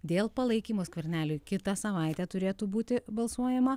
dėl palaikymo skverneliui kitą savaitę turėtų būti balsuojama